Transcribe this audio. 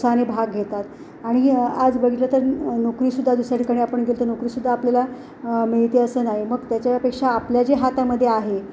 उत्साहाने भाग घेतात आणि आज बघितलं तर नोकरीसुद्धा दुसऱ्याकडे आपण गेलो तर नोकरीसुद्धा आपल्याला मिळते असं नाही मग त्याच्यापेक्षा आपल्या ज्या हातामध्ये आहे